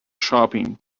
shopping